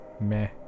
meh